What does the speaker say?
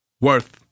worth